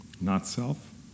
not-self